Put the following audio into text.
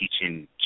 teaching